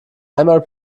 einmal